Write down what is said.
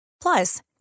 Plus